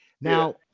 now